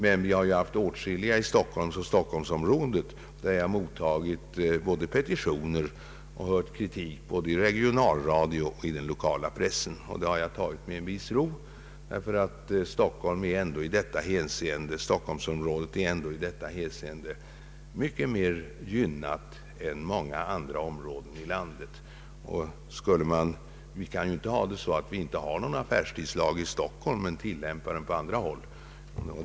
Däremot har det funnits åtskilliga fall i Stockholmsområdet där jag mottagit petitioner och fått kritik både i regionalradion och i den lokala pressen, vilket jag har tagit med en viss ro, därför att Stockholmsområdet i detta hänseende ändå är mycket mer gynnat än många andra områden i landet. Vi kan ju inte ha det så att affärstidslagen inte gäller i Stockholm men tilllämpas på andra håll.